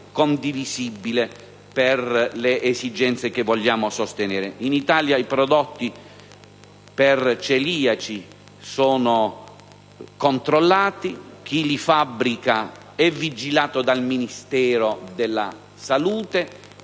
condivisibile rispetto alle esigenze che vogliamo sostenere. In Italia i prodotti per celiaci sono controllati; chi li fabbrica è vigilato dal Ministero della salute,